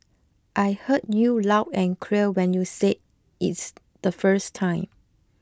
I heard you loud and clear when you said it's the first time